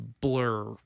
blur